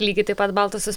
lygiai taip pat baltosios